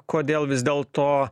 kodėl vis dėl to